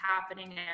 happening